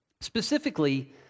Specifically